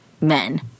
men